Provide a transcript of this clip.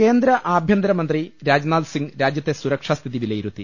കേന്ദ്രആഭൃന്തരമന്ത്രി രാജ്നാഥ് സിംഗ് രാജ്യത്തെ സുരക്ഷ സ്ഥിതി വിലയിരുത്തി